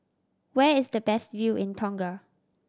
where is the best view in Tonga